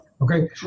okay